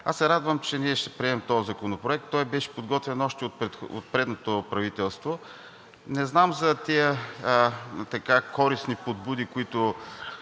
Аз се радвам, че ние ще приемем този законопроект, той беше подготвен още от предното правителство. Не знам за тези користни подбуди, които